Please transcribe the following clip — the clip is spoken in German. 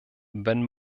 wenn